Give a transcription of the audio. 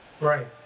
Right